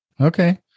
Okay